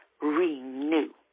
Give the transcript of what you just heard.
renew